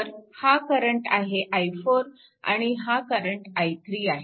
तर हा करंट आहे i4 आणि हा करंट i3 आहे